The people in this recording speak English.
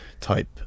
type